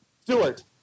Stewart